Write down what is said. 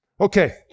Okay